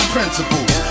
principles